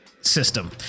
system